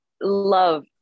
love